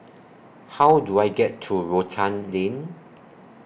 How Do I get to Rotan Lane